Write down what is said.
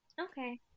Okay